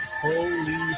holy